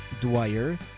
Dwyer